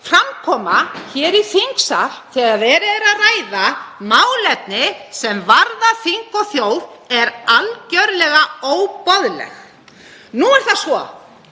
framkoma hér í þingsal þegar verið er að ræða málefni sem varðar þing og þjóð er algerlega óboðleg. Nú er það svo